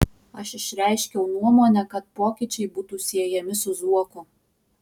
aš išreiškiau nuomonę kad pokyčiai būtų siejami su zuoku